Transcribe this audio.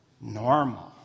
normal